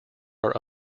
are